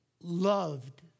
loved